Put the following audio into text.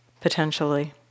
potentially